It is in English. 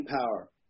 power